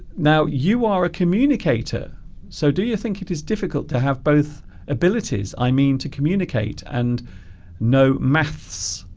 now you are a communicator so do you think it is difficult to have both abilities i mean to communicate and know maths